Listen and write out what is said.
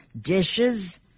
dishes